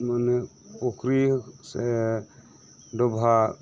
ᱢᱟᱱᱮ ᱯᱩᱠᱷᱨᱤ ᱥᱮ ᱰᱚᱵᱦᱟᱜ